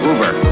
Uber